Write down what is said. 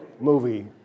movie